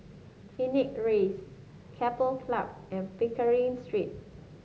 Phoenix Rise Keppel Club and Pickering Street